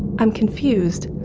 i'm confused.